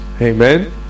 Amen